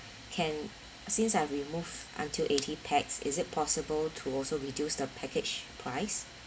can since I remove until eighty pax is it possible to also reduce the package price